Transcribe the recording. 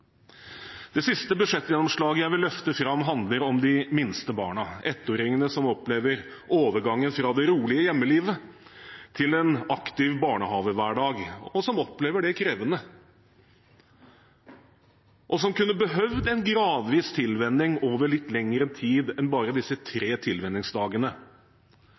Det siste budsjettgjennomslaget jeg vil løfte fram, handler om de minste barna – ettåringene som opplever overgangen fra det rolige hjemmelivet til en aktiv barnehagehverdag, som opplever det som krevende, og som kunne behøvd en gradvis tilvenning over litt lengre tid enn bare disse tre